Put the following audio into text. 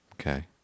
Okay